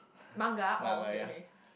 manga oh okay okay